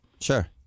Sure